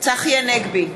צחי הנגבי,